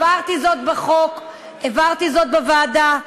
הבהרתי זאת בחוק, הבהרתי זאת בוועדה.